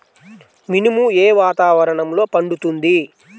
మినుము ఏ వాతావరణంలో పండుతుంది?